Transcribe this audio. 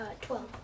twelve